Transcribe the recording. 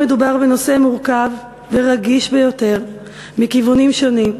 מדובר בנושא מורכב ורגיש ביותר מכיוונים שונים.